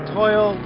toil